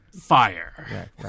Fire